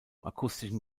akustischen